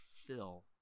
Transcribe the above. fill